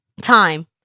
time